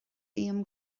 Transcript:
guím